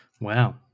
Wow